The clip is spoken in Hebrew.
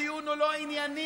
הדיון הוא לא ענייני,